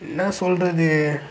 என்ன சொல்வது